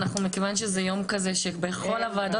מכיוון שזה יום כזה שבכל הוועדות,